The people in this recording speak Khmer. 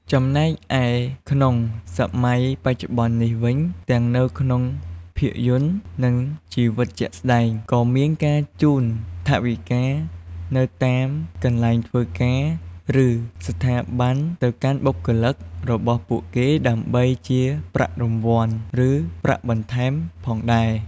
ចំំណែកឯក្នុងសម័យបច្ចុប្បន្ននេះវិញ ទាំងនៅក្នុងភាពយន្ត និងជីវិតជាក់ស្ដែង ក៏មានការជូនថវិកានៅតាមកន្លែងធ្វើការ ឬ ស្ថាប័នទៅកាន់បុគ្គលិករបស់ពួកគេដើម្បីជាប្រាក់រង្វាន់ ឬប្រាក់បន្ថែមផងដែរ។